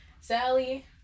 sally